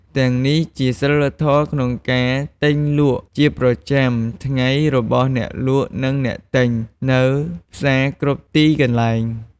ទាំងនេះជាសីលធម៍ក្នុងការទិញលក់ជាប្រចាំថ្ងៃរបស់អ្នកលក់និងអ្នកទិញនៅផ្សារគ្រប់ទីកន្លែង។